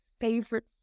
favorite